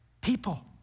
People